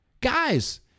guys